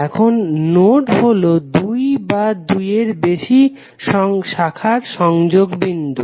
এখন নোড হলো দুই বা দুয়ের বেশি শাখার সংযোগ বিন্দু